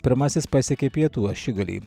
pirmasis pasiekė pietų ašigalį